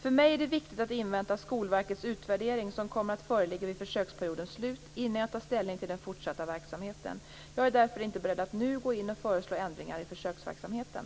För mig är det viktigt att invänta Skolverkets utvärdering, som kommer att föreligga vid försöksperiodens slut, innan jag tar ställning till den fortsatta verksamheten. Jag är därför inte nu beredd att gå in och föreslå ändringar i försöksverksamheten.